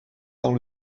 dans